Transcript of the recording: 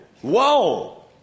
Whoa